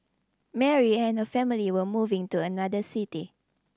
Mary and her family were moving to another city